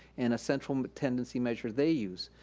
and a central but tendency measure they use.